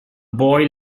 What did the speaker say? boy